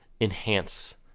enhance